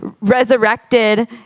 resurrected